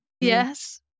Yes